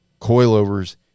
coilovers